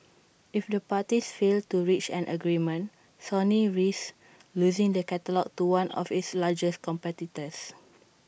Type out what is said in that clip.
if the parties fail to reach an agreement Sony risks losing the catalogue to one of its largest competitors